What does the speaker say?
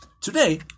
today